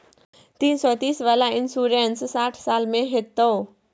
तीन सौ तीस वाला इन्सुरेंस साठ साल में होतै?